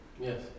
Yes